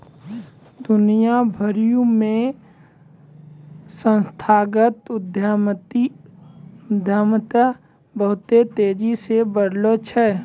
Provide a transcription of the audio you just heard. दुनिया भरि मे संस्थागत उद्यमिता बहुते तेजी से बढ़लो छै